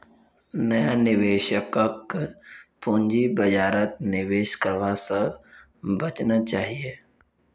नया निवेशकक पूंजी बाजारत निवेश करवा स बचना चाहिए